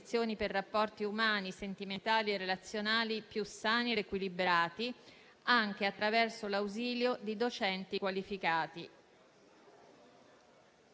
Grazie.